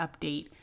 update